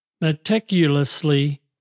meticulously